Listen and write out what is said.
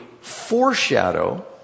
foreshadow